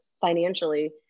financially